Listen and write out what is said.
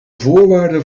voorwaarde